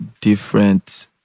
different